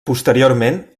posteriorment